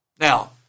Now